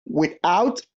without